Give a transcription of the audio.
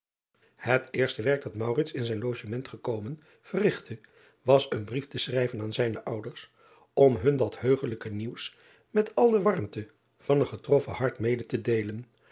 et eerste werk dat in zijn logement gekomen verrigtte was een brief te schrijven aan zijne ouders om hun dat heugelijk nieuws met al de warmte van een getroffen hart mede te deelen